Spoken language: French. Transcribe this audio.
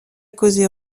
causé